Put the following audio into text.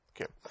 Okay